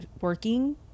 working